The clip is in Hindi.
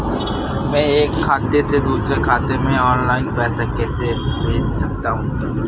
मैं एक खाते से दूसरे खाते में ऑनलाइन पैसे कैसे भेज सकता हूँ?